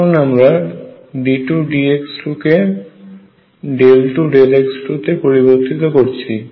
এখন আমরা d2dx2কে 2x2 তে পরিবর্তিত করতে চলেছি